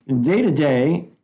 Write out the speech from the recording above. day-to-day